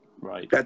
Right